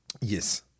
Yes